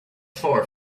far